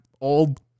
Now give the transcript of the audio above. old